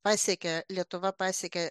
pasiekė lietuva pasiekė